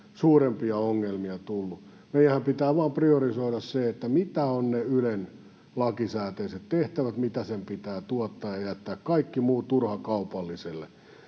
suurempia ongelmia tullut. Meidänhän pitää vain priorisoida se, mitä ovat ne Ylen lakisääteiset tehtävät, mitä sen pitää tuottaa, ja jättää kaikki muu turha kaupallisille.